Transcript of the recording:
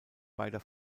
beider